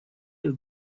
you